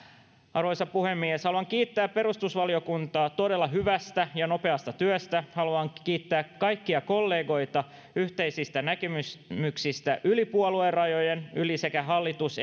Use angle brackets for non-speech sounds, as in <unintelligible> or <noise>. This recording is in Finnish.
arvoisa puhemies haluan kiittää perustuslakivaliokuntaa todella hyvästä ja nopeasta työstä haluan kiittää kaikkia kollegoita yhteisistä näkemyksistä yli puoluerajojen sekä yli hallitus <unintelligible>